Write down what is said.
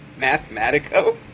Mathematico